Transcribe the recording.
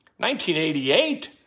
1988